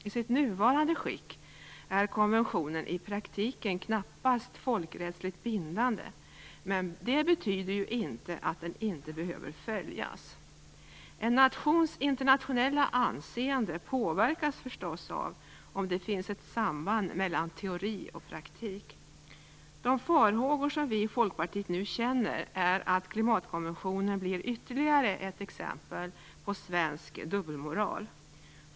I sitt nuvarande skick är konventionen i praktiken knappast folkrättsligt bindande, men det betyder ju inte att den inte behöver följas. En nations internationella anseende påverkas förstås av om det finns ett samband mellan teori och praktik. De farhågor som vi i Folkpartiet nu känner är att klimatkonventionen blir ytterligare ett exempel på svensk dubbelmoral.